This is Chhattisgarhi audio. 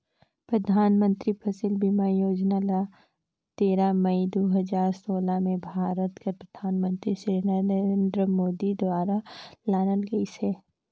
परधानमंतरी फसिल बीमा योजना ल तेरा मई दू हजार सोला में भारत कर परधानमंतरी सिरी नरेन्द मोदी दुवारा लानल गइस अहे